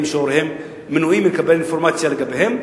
שהוריהם מנועים מלקבל אינפורמציה עליהם.